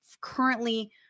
currently